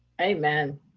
Amen